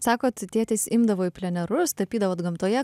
sakot tėtis imdavo į plenerus tapydavot gamtoje